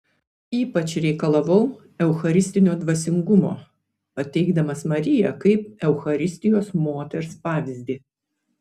ypač reikalavau eucharistinio dvasingumo pateikdamas mariją kaip eucharistijos moters pavyzdį